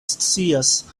scias